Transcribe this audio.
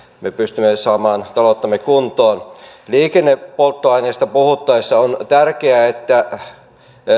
me pystymme saamaan talouttamme kuntoon liikennepolttoaineista puhuttaessa on tärkeää että